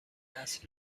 است